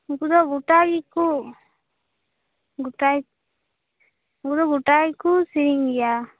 ᱩᱱᱠᱩ ᱫᱚ ᱜᱚᱴᱟ ᱜᱮᱠᱚ ᱜᱚᱴᱟ ᱩᱱᱠᱩ ᱫᱚ ᱜᱚᱴᱟ ᱜᱮᱠᱚ ᱥᱮᱨᱮᱧ ᱜᱮᱭᱟ